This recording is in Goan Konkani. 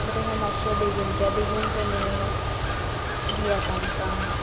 बट हें माश्शें बेगिनच्या बेगीन तुमी दियात आमकां